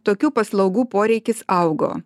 tokių paslaugų poreikis augo